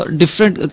different